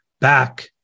back